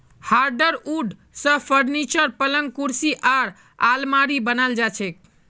hardwood स furniture, पलंग कुर्सी आर आलमारी बनाल जा छेक